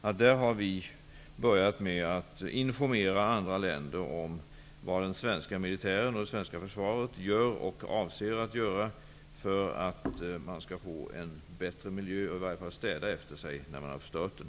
Vi har börjat med att informera andra länder om vad den svenska militären och det svenska försvaret gör och avser att göra för att få en bättre miljö -- i varje fall städa efter sig när man har förstört den.